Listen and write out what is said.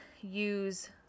use